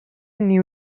new